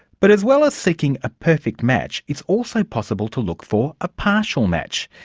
but as well as seeking a perfect match, it's also possible to look for a partial match.